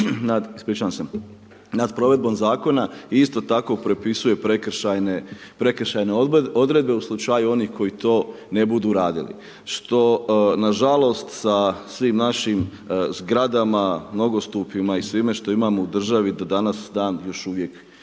nad provedbom zakona i isto tako propisuje prekršajne odredbe u slučaju onih koji to ne budu radili što nažalost sa svim našim zgradama, nogostupima i svime što imamo u državi do danas dan još uvijek